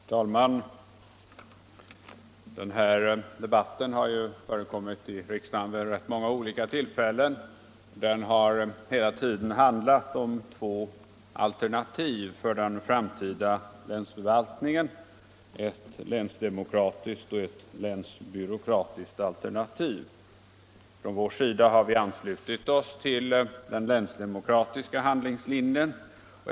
Herr talman! Den här debatten har ju förts i riksdagen vid rätt många olika tillfällen. Den har hela tiden handlat om två alternativ för den framtida länsförvaltningen: ett länsdemokratiskt och ett länsbyråkratiskt. På vårt håll har vi anslutit oss till den länsdemokratiska handlingslinjen.